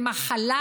במחלה,